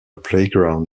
playground